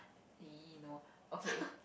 !ee! no okay